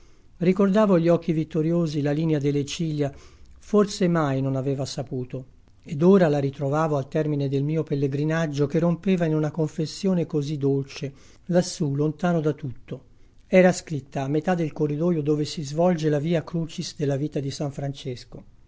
ricordavo gli occhi vittoriosi la linea delle ciglia forse mai non aveva saputo ed ora la ritrovavo al termine del mio pellegrinaggio che rompeva in una confessione così dolce lassù lontano da tutto era scritta a metà del corridoio dove si svolge la via crucis della vita di s francesco